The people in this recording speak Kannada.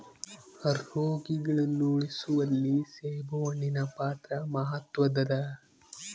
ರೋಗಿಗಳನ್ನು ಉಳಿಸುವಲ್ಲಿ ಸೇಬುಹಣ್ಣಿನ ಪಾತ್ರ ಮಾತ್ವದ್ದಾದ